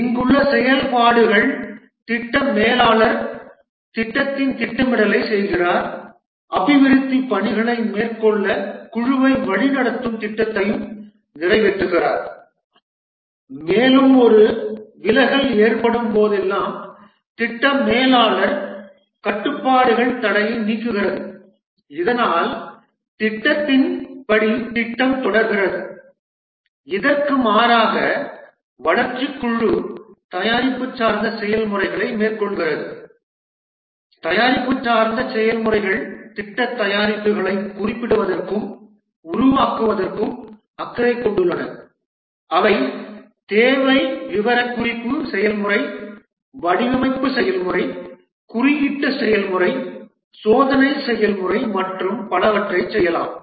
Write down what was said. இங்குள்ள செயல்பாடுகள் திட்ட மேலாளர் திட்டத்தின் திட்டமிடலைச் செய்கிறார் அபிவிருத்திப் பணிகளை மேற்கொள்ள குழுவை வழிநடத்தும் திட்டத்தை நிறைவேற்றுகிறார் மேலும் ஒரு விலகல் ஏற்படும் போதெல்லாம் திட்ட மேலாளர் கட்டுப்பாடுகள் தடையை நீக்குகிறது இதனால் திட்டத்தின் படி திட்டம் தொடர்கிறது இதற்கு மாறாக வளர்ச்சி குழு தயாரிப்பு சார்ந்த செயல்முறைகளை மேற்கொள்கிறது தயாரிப்பு சார்ந்த செயல்முறைகள் திட்ட தயாரிப்புகளை குறிப்பிடுவதற்கும் உருவாக்குவதற்கும் அக்கறை கொண்டுள்ளன அவை தேவை விவரக்குறிப்பு செயல்முறை வடிவமைப்பு செயல்முறை குறியீட்டு செயல்முறை சோதனை செயல்முறை மற்றும் பலவற்றைச் செய்யலாம்